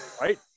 right